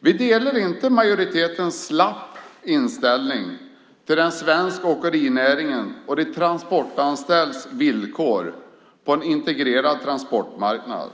Vi delar inte majoritetens slappa inställning till den svenska åkerinäringen och de transportanställdas villkor på en integrerad transportmarknad.